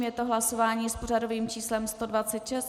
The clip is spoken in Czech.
Je to hlasování s pořadovým číslem 126.